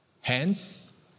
hence